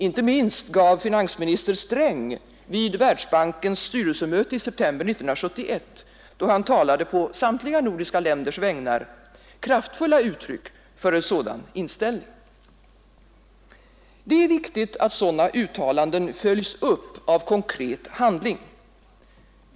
Inte minst gav finansminister Sträng vid Världsbankens styrelsemöte i september 1971 — då han talade på samtliga nordiska länders vägnar — kraftfulla uttryck för en sådan inställning. Det är viktigt att sådana uttalanden följs upp av konkret handling.